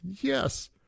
Yes